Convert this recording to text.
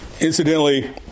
Incidentally